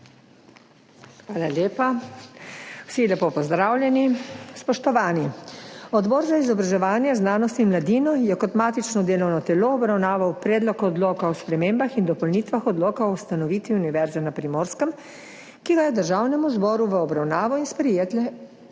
Hvala lepa. Vsi lepo pozdravljeni! Spoštovani! Odbor za izobraževanje, znanost in mladino je kot matično delovno telo obravnaval Predlog odloka o spremembah in dopolnitvah Odloka o ustanovitvi Univerze na Primorskem, ki ga je Državnemu zboru v obravnavo in sprejetje